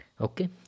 okay